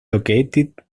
located